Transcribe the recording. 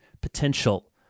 potential